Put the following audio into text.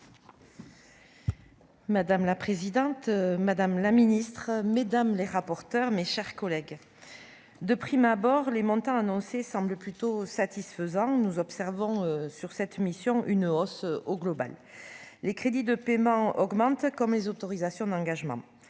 Madame la présidente, madame la Ministre Mesdames les rapporteurs, mes chers collègues, de prime abord, les montants annoncés semblent plutôt satisfaisant, nous observons sur cette mission une hausse au global, les crédits de paiement augmentent comme les autorisations d'engagement,